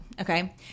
okay